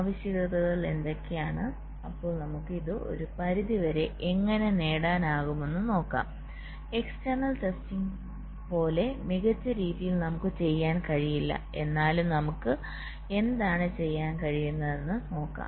ആവശ്യകതകൾ എന്തൊക്കെയാണ് അപ്പോൾ നമുക്ക് ഇത് ഒരു പരിധിവരെ എങ്ങനെ നേടാനാകുമെന്ന് നോക്കാം എക്സ്റ്റേനൽ ടെസ്റ്റിംഗ് പോലെ മികച്ച രീതിയിൽ നമുക്ക് ചെയ്യാൻ കഴിയില്ല എന്നാലും നമുക്ക് എന്താണ് ചെയ്യാൻ കഴിയുന്നത് എന്ന് നോക്കാം